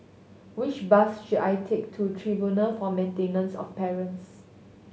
which bus should I take to Tribunal for Maintenance of Parents